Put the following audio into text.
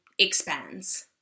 expands